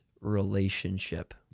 relationship